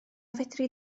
fedri